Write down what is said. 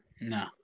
no